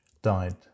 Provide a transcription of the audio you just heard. died